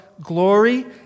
glory